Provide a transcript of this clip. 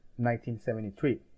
1973